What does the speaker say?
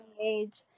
age